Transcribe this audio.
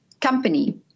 company